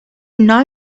know